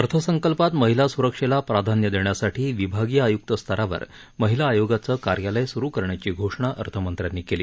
अर्थसंकल्पात महिला सुरक्षेला प्राधान्य देण्यासाठी विभागीय आयुक्त स्तरावर महिला आयोगाचं कार्यालय सुरू करण्याची घोषणा अर्थमंत्र्यांनी केली